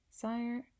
Sire